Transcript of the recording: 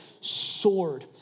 sword